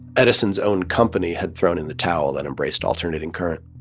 edison's own company had thrown in the towel and embraced alternating current